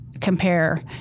Compare